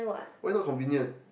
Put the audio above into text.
why not convenient